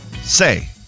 say